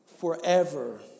forever